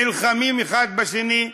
נלחמים אחד בשני,